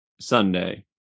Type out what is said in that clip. Sunday